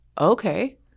okay